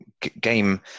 game